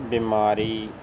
ਬਿਮਾਰੀ